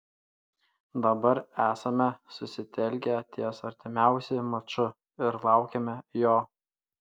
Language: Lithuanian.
dabar esame susitelkę ties artimiausi maču ir laukiame jo